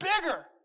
bigger